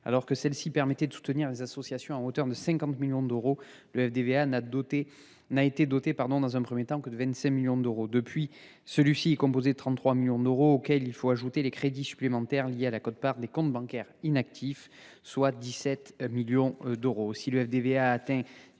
Alors que celle ci permettait de soutenir les associations à hauteur de 50 millions d’euros, le FDVA n’a été doté dans un premier temps que de 25 millions d’euros. Depuis, ce fonds est doté de 33 millions d’euros, auxquels il faut ajouter les crédits supplémentaires liés à la quote part des comptes bancaires inactifs, soit 17 millions d’euros.